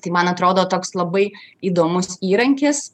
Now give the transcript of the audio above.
tai man atrodo toks labai įdomus įrankis